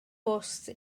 bws